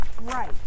Right